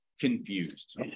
confused